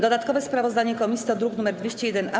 Dodatkowe sprawozdanie komisji to druk nr 201-A.